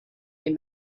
when